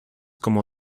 como